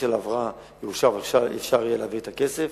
ההבראה יאושר ואפשר יהיה להעביר את הכסף.